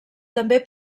també